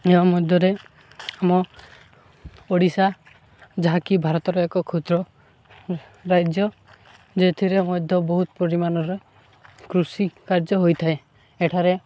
ଏହା ମଧ୍ୟରେ ଆମ ଓଡ଼ିଶା ଯାହାକି ଭାରତର ଏକ କ୍ଷୁଦ୍ର ରାଜ୍ୟ ଯେଉଁଥିରେ ମଧ୍ୟ ବହୁତ ପରିମାଣର କୃଷି କାର୍ଯ୍ୟ ହୋଇଥାଏ ଏଠାରେ